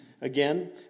Again